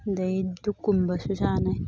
ꯑꯗꯒꯤ ꯙꯨꯛꯀꯨꯝꯕꯁꯨ ꯁꯥꯅꯩ